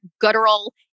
guttural